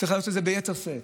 צריך להעלות את זה ביתר שאת.